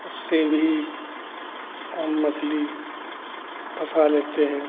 उससे भी हम मछली फँसा लेते हैं